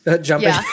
jumping